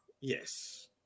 Yes